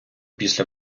після